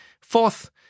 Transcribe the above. fourth